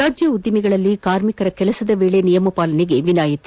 ರಾಜ್ಯ ಉದ್ದಿಮೆಗಳಲ್ಲಿ ಕಾರ್ಮಿಕರ ಕೆಲಸದ ವೇಳೆ ನಿಯಮ ಪಾಲನೆಗೆ ವಿನಾಯಿತಿ